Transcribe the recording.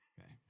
Okay